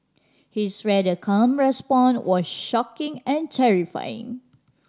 his rather calm response was shocking and terrifying